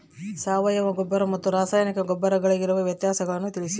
ಸಾವಯವ ಗೊಬ್ಬರ ಮತ್ತು ರಾಸಾಯನಿಕ ಗೊಬ್ಬರಗಳಿಗಿರುವ ವ್ಯತ್ಯಾಸಗಳನ್ನು ತಿಳಿಸಿ?